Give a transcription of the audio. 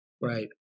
Right